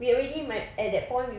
we already at that point